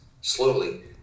slowly